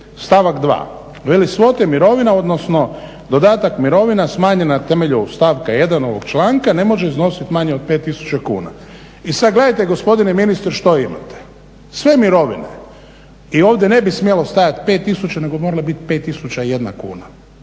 3.stavak 2.veli svote mirovina odnosno dodatak mirovina smanjen na temelju stavka 1.ovog članka ne može iznositi manje od 5 tisuća kuna. I sada gledajte gospodine ministre što imate, sve mirovine i ovdje ne bi smjelo stajati 5 tisuća nego bi moralo biti 5 tisuća